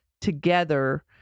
together